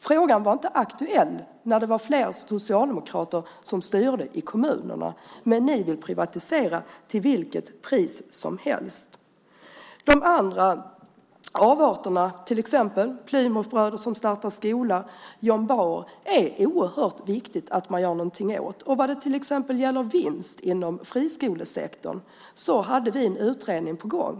Frågan var inte aktuell när det var flest socialdemokrater som styrde i kommunerna. Men ni vill privatisera till vilket pris som helst. De andra avarterna, till exempel Plymouthbröderna och John Bauer som startar skolor, är det oerhört viktigt att man gör något åt. Vad det till exempel gäller vinst inom friskolesektorn hade vi en utredning på gång.